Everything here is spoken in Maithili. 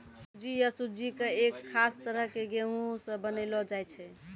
सूजी या सुज्जी कॅ एक खास तरह के गेहूँ स बनैलो जाय छै